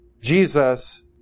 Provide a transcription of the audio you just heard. Jesus